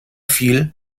fiel